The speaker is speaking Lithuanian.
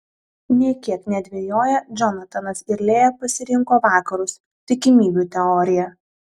nė kiek nedvejoję džonatanas ir lėja pasirinko vakarus tikimybių teoriją